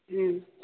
ம்